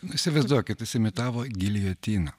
nu įsivaizduokit jis imitavo giljotiną